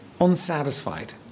unsatisfied